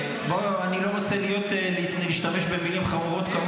אני לא רוצה להשתמש כמוך במילים חמורות,